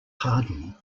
pardon